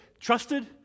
Trusted